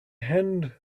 hand